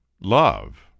love